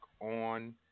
on